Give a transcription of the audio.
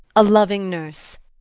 a loving nurse,